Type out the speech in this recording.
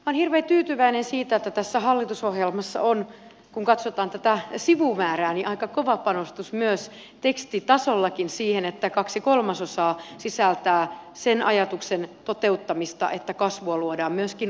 olen hirveän tyytyväinen siitä että tässä hallitusohjelmassa on kun katsotaan tätä sivumäärää aika kova panostus myös tekstitasolla siihen kaksi kolmasosaa sisältää sen ajatuksen toteuttamista että kasvua luodaan myöskin osaamisen kautta